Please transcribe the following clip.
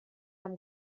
amb